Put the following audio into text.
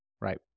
right